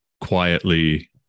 quietly